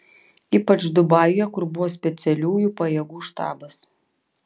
ypač dubajuje kur buvo specialiųjų pajėgų štabas